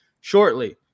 shortly